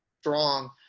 strong